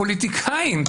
מהפוליטיקאים.